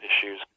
issues